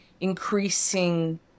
increasing